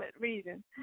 reason